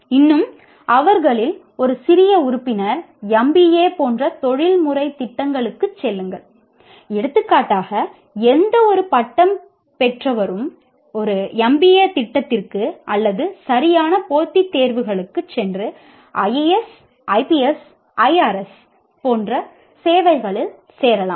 இன்னும் அவர்களில் ஒரு சிறிய உறுப்பினர் எம்பிஏ போன்ற சேவைகளில் சேரலாம்